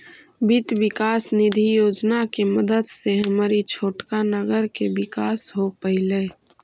वित्त विकास निधि योजना के मदद से हमर ई छोटका नगर के विकास हो पयलई